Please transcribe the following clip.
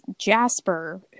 Jasper